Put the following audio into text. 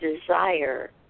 desire